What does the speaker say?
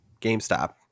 GameStop